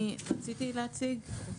רציתי להציג את